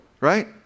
right